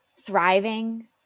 thriving